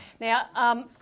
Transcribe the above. Now